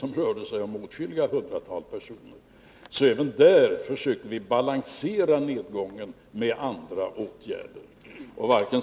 Den rörde sig om åtskilliga hundratal personer. Även där försökte vi balansera nedgången med andra åtgärder.